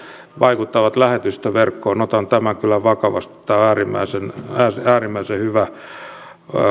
otan tämän kyllä vakavasti tämä on äärimmäisen hyvä huomio